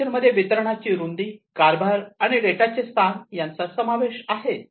architecture मध्ये वितरणाची ची रुंदी कारभार आणि डेटा चे स्थान याचा समावेश आहे